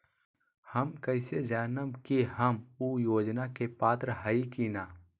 हम कैसे जानब की हम ऊ योजना के पात्र हई की न?